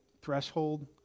threshold